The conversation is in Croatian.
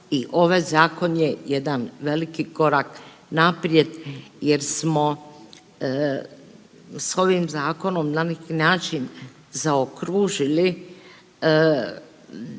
i ovaj zakon je jedan veliki korak naprijed jer smo s ovim zakonom na neki način zaokružili